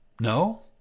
no